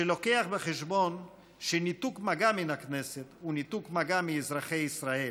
שמביא בחשבון שניתוק מגע מהכנסת הוא ניתוק מגע מאזרחי ישראל,